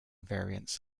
variants